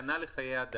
"סוכן זה וזה,